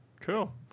cool